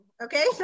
Okay